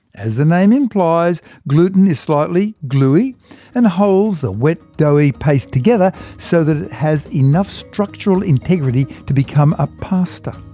as the name implies, gluten is slightly gluey and holds the wet doughy paste together, so that it has enough structural integrity to become a pasta.